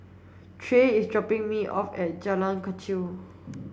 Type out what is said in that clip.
Trey is dropping me off at Jalan Kechil